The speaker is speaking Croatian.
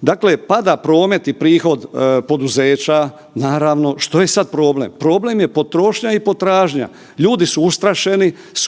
Dakle, pada promet i prihod poduzeća. Naravno, što je sad problem? Problem je potrošnja i potražnja. Ljudi su ustrašeni, stišću